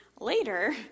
later